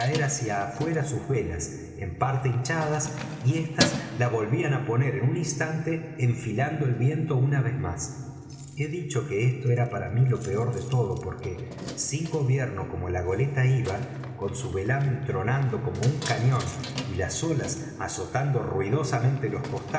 hacia afuera sus velas en parte hinchadas y éstas la volvían á poner en un instante enfilando el viento una vez más he dicho que esto era para mí lo peor de todo porque sin gobierno como la goleta iba con su velámen tronando como un cañón y las olas azotando ruidosamente los